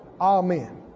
Amen